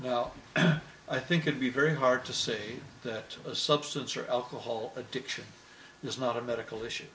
well i think you'd be very hard to see that a substance or alcohol addiction is not a medical issue